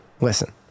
listen